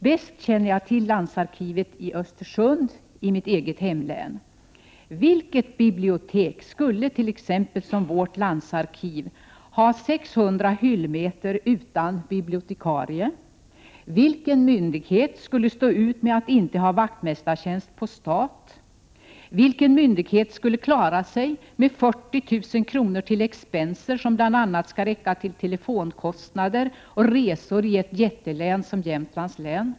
Bäst känner jag till landsarkivet i Östersund, i mitt eget hemlän. Vilket bibliotek skulle t.ex. som vårt landsarkiv ha 600 hyllmeter utan bibliotekarie? Vilken myndighet skulle stå ut med att inte ha vaktmästartjänst på stat? Vilken myndighet skulle klara sig med 40 000 kr. till expenser, som bl.a. skall räcka till telefonkostnader och resor i ett jättelän som Jämtlands län?